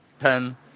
Ten